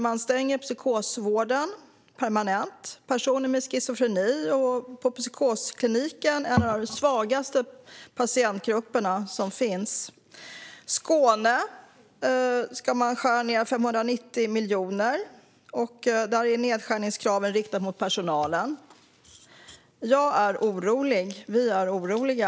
Man stänger psykosvården permanent, vilket bland annat drabbar personer med schizofreni, en av de svagaste patientgrupperna. I Skåne ska man skära ned 590 miljoner, och där är nedskärningskraven riktade mot personalen. Jag är orolig. Vi är oroliga.